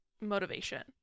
motivation